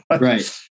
Right